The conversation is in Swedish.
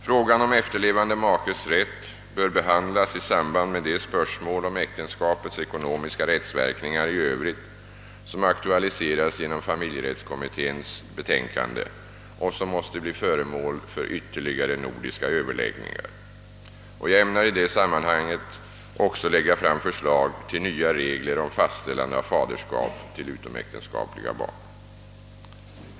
Frågan om efterlevande makes rätt bör behandlas i samband med de spörsmål om äktenskapets ekonomiska rättsverkningar i Övrigt, som aktualiseras genom familjrättskommitténs betänkande och som måste bli föremål för ytterligare nordiska överläggningar. Jag ämnar i detta sammanhang också lägga fram förslag till nya regler om fastställande av faderskap till utomäktenskapliga barn.